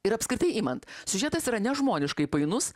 ir apskritai imant siužetas yra nežmoniškai painus